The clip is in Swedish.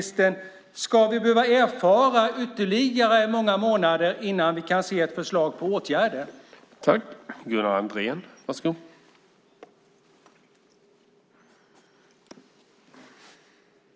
Ska vi behöva vänta ytterligare många månader innan vi kan se ett förslag på åtgärder, finansministern?